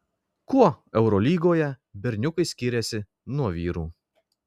kuo eurolygoje berniukai skiriasi nuo vyrų